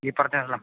ഈ പറഞ്ഞതെല്ലാം